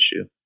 issue